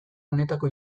honetako